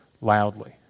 loudly